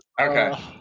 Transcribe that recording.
Okay